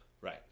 Right